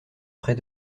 près